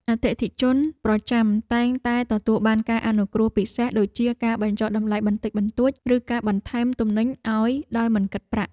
អតិថិជនប្រចាំតែងតែទទួលបានការអនុគ្រោះពិសេសដូចជាការបញ្ចុះតម្លៃបន្តិចបន្តួច ឬការបន្ថែមទំនិញឱ្យដោយមិនគិតប្រាក់។